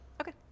Okay